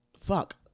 fuck